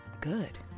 Good